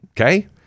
okay